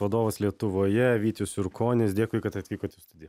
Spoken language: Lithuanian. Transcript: vadovas lietuvoje vytis jurkonis dėkui kad atvykot į studiją